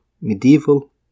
medieval